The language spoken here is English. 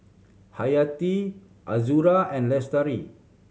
Hayati Azura and Lestari